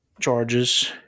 charges